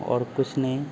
और कुछ नहीं